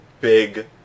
big